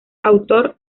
autor